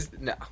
No